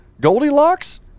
Goldilocks